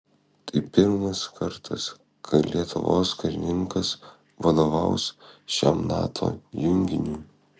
tai pirmas kartas kai lietuvos karininkas vadovaus šiam nato junginiui